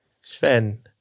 Sven